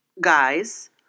guys